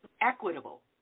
equitable